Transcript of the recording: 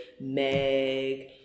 Meg